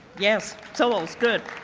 yes, souls, good.